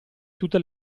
tutte